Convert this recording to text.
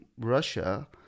Russia